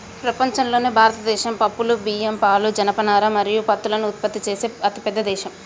ప్రపంచంలోనే భారతదేశం పప్పులు, బియ్యం, పాలు, జనపనార మరియు పత్తులను ఉత్పత్తి చేసే అతిపెద్ద దేశం